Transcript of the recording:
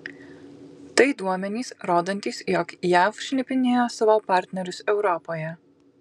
tai duomenys rodantys jog jav šnipinėjo savo partnerius europoje